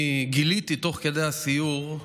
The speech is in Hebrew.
גיליתי תוך כדי הסיור,